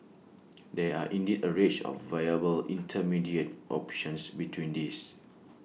there are indeed A range of viable intermediate options between these